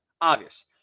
Obvious